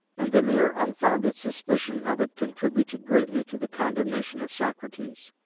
and the mere unfounded suspicion of it contributed greatly to the condemnation of socrates.